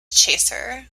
chaser